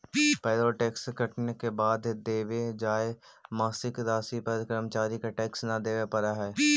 payroll tax कटने के बाद देवे जाए मासिक राशि पर कर्मचारि के टैक्स न देवे पड़ा हई